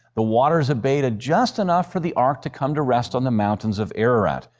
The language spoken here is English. the waters abated just enough for the ark to come to rest on the mountains of ararat.